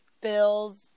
bills